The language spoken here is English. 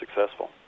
successful